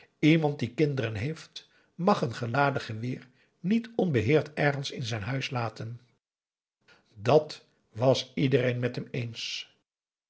iemand die kinderen heeft mag een geladen geweer niet onbeheerd ergens in zijn huis laten dàt was iedereen met hem eens